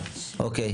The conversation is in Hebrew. אוקיי.